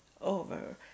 over